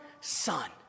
son